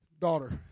Daughter